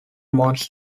modes